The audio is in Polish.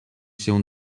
się